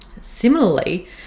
Similarly